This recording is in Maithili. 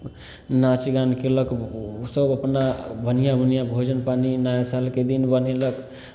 नाच गान कयलक ओसभ अपना बढ़िआँ बढ़िआँ भोजन पानी नया सालके दिन बनेलक